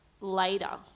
later